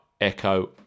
Echo